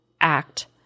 act